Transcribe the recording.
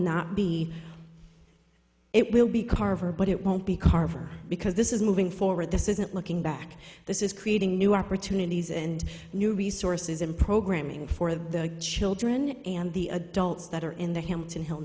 not be it will be carver but it won't be carver because this is moving forward this isn't looking back this is creating new opportunities and new resources in programming for the children and the adults that are in the him to hel